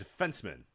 Defenseman